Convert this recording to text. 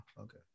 Okay